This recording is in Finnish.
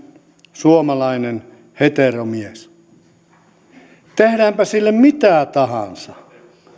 suomalainen heteromies perussuomalainen ja tehdäänpä sille mitä tahansa